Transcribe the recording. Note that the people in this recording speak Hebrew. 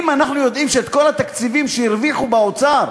אם אנחנו יודעים שאת כל התקציבים שהרוויחו באוצר,